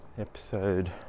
Episode